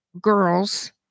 girls